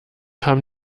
haben